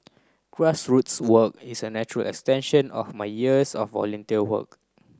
grassroots work is a natural extension of my years of volunteer work